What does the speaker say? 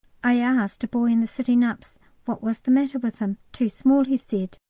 i asked a boy in the sitting-ups what was the matter with him. too small, he said.